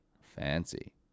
Fancy